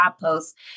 post